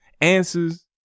answers